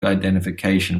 identification